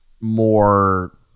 more